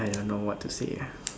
I don't know what to say ah